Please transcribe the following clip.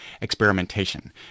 experimentation